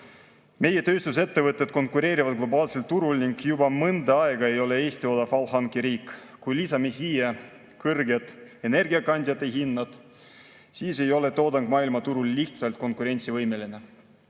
Meie tööstusettevõtted konkureerivad globaalsel turul ning juba mõnda aega ei ole Eesti odav all[tarne]riik. Kui lisame siia kõrged energiakandjate hinnad, siis ei ole meie toodang maailmaturul lihtsalt konkurentsivõimeline.